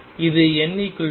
இது n 2